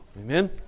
Amen